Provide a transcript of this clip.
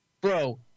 Bro